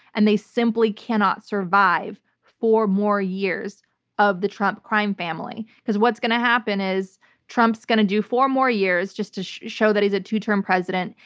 and they simply cannot survive four more years of the trump crime family. because what's going to happen is trump's going to do four more years just to show that he's a two-term president.